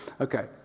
Okay